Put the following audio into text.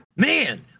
Man